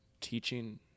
teaching